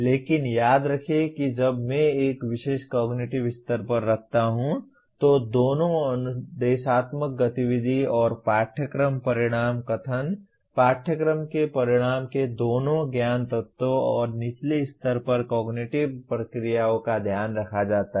लेकिन याद रखें कि जब मैं एक विशेष कॉग्निटिव स्तर पर रखता हूं तो दोनों अनुदेशात्मक गतिविधि और पाठ्यक्रम परिणाम कथन पाठ्यक्रम के परिणाम के दोनों ज्ञान तत्वों और निचले स्तर पर कॉग्निटिव प्रक्रियाओं का ध्यान रखा जाता है